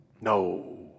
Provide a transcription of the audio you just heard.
No